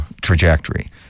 trajectory